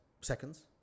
seconds